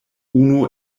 unu